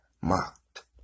mocked